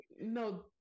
No